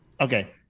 okay